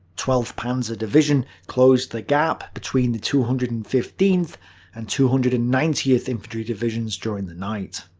twelfth panzer division closed the gap between the two hundred and fifteenth and two hundred and ninetieth infantry divisions during the night.